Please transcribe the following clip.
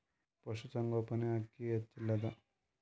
ಪಶುಸಂಗೋಪನೆ ಅಕ್ಕಿ ಹೆಚ್ಚೆಲದಾ?